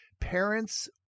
parents